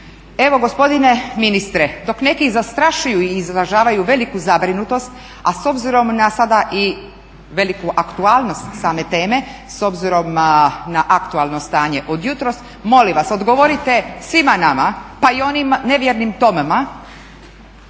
Evo gospodine ministre dok neki zastrašuju i izražavaju veliku zabrinutost a s obzirom na sada i veliku aktualnost same teme, s obzirom na aktualno stanje od jutros, molim vas odgovorite svima nama pa i onim nevjernim Tomama